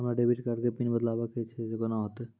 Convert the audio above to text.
हमरा debit card के PIN बदलबावै के छैं से कौन होतै?